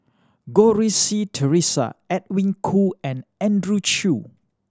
Goh Rui Si Theresa Edwin Koo and Andrew Chew